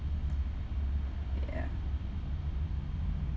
ya